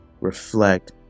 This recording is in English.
reflect